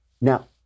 now